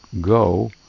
go